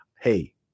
hey